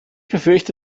befürchte